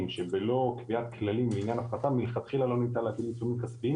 שללא קביעת כללים בעניין הפחתה מלכתחילה לא ניתן להטיל עיצומים כספיים